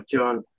John